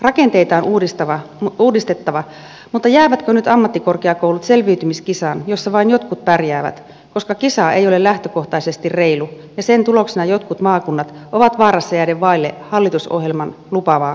rakenteita on uudistettava mutta jäävätkö nyt ammattikorkeakoulut selviytymiskisaan jossa vain jotkut pärjäävät koska kisa ei ole lähtökohtaisesti reilu ja sen tuloksena jotkut maakunnat ovat vaarassa jäädä vaille hallitusohjelman lupaamaa korkeakoulutusta